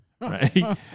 right